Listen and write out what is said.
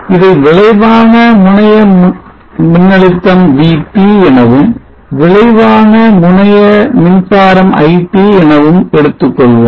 இதை விளைவான முனைய மின்னழுத்தம் VT எனவும் விளைவான முனைய மின்சாரம் IT எனவும் எடுத்துக்கொள்வோம்